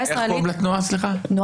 אנחנו